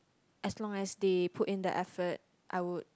as long as they put in the effort I would